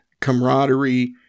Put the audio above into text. camaraderie